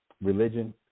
religion